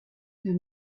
der